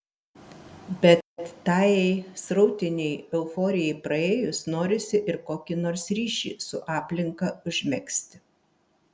bet tajai srautinei euforijai praėjus norisi ir kokį nors ryšį su aplinka užmegzti